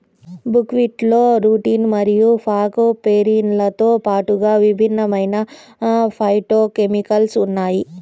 బుక్వీట్లో రుటిన్ మరియు ఫాగోపైరిన్లతో పాటుగా విభిన్నమైన ఫైటోకెమికల్స్ ఉన్నాయి